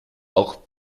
auch